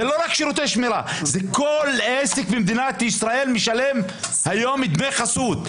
זה לא רק שירותי שמירה כל עסק במדינת ישראל משלם היום דמי חסות.